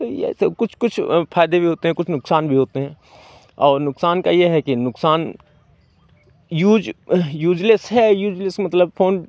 तो ये ऐसे कुछ कुछ फ़ायदे भी होते हैं कुछ नुकसान भी होते हैं और नुकसान का ये है कि नुकसान यूज़ यूज़लेस है यूज़लेस मतलब फोन